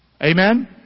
Amen